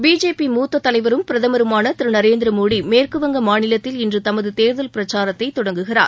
BJP மூத்த தலைவரும் பிரதமருமான திரு நரேந்திர மோடி மேற்குவங்க மாநிலத்தில் இன்று தமது தேர்தல் பிரச்சாரத்தை தொடங்குகிறார்